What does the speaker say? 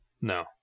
No